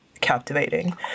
captivating